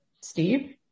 Steve